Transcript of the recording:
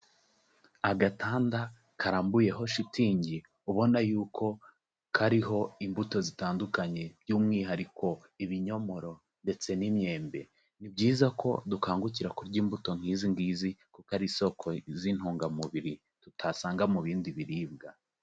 Agatanda karambuyeho shitingi ubona y'uko kariho imbuto zitandukanye by'umwihariko ibinyomoro ndetse n'imyembe, ni byiza ko dukangukira kurya imbuto nk'izi ngizi kuko ari isoko z'intungamubiri tutasanga mu bindi biribwa.